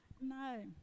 No